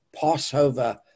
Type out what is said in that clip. Passover